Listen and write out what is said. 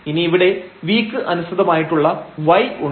ഇനി ഇവിടെ v ക്ക് അനുസൃതമായിട്ടുള്ള y ഉണ്ട്